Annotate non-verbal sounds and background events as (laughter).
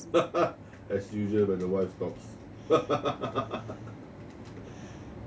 (laughs) as usual when the wife talks (laughs)